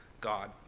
God